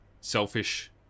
selfish